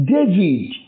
David